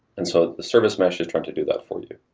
and so service mesh is trying to do that for you.